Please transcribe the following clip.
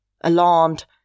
Alarmed